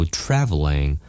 traveling